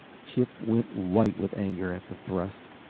chip went white with anger at the thrust,